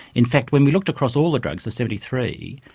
in fact when we looked across all the drugs, the seventy three,